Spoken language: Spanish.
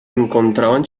encontraba